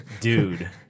dude